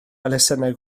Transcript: elusennau